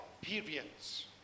periods